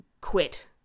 quit